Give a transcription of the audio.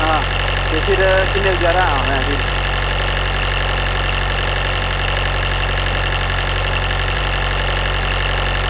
ते फिर किन्ने बजे हारे आवां फिर